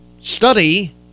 study